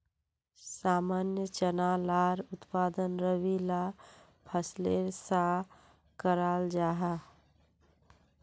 सामान्य चना लार उत्पादन रबी ला फसलेर सा कराल जाहा